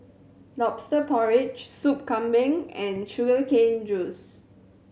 Lobster Porridge Soup Kambing and sugar cane juice